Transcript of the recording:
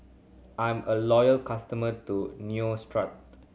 I'm a loyal customer to Neostrata